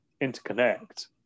interconnect